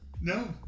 No